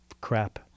crap